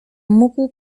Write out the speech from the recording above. mógł